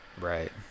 Right